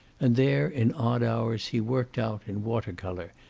and there, in odd hours, he worked out, in water-color,